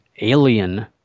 alien